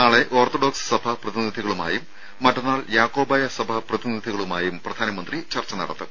നാളെ ഓർത്തഡോക്സ് സഭാ പ്രതിനിധികളുമായും മറ്റന്നാൾ യാക്കോബായ സഭാ പ്രതിനിധികളുമായും പ്രധാനമന്ത്രി ചർച്ച നടത്തും